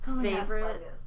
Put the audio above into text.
Favorite